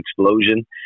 explosion